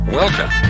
Welcome